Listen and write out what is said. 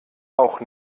auch